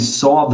saw